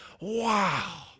wow